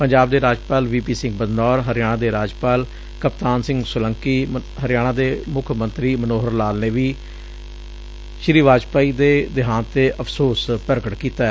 ਪੰਜਾਬ ਦੇ ਰਾਜਪਾਲ V P Singh Badnore Haryana ਦੇ ਰਾਜਪਾਲ ਕਪਤਾਨ ਸਿੰਘ ਸੋਲੰਕੀ ਹਰਿਆਣਾ ਦੇ ਮੁੱਖ ਮੰਤਰੀ ਮਨੋਹਰ ਲਾਲ ਨੇ ਵੀ ਸ੍ਰੀ ਵਾਜਪਾਈ ਦੇ ਦਿਹਾਂਤ ਤੇ ਅਫਸੋਸ ਪ੍ਰਗਟ ਕੀਤੈ